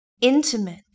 intimate